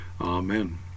Amen